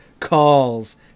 calls